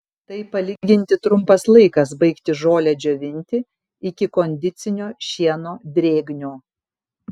tai palyginti trumpas laikas baigti žolę džiovinti iki kondicinio šieno drėgnio